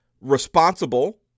responsible